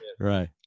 right